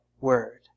word